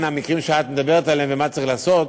המקרים שאת מדברת עליהם ומה צריך לעשות.